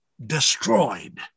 destroyed